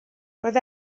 roedd